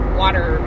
water